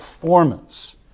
performance